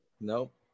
Nope